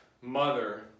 mother